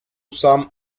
some